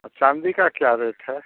आ चाँदी का क्या रेट है